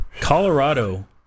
Colorado